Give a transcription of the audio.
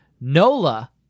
Nola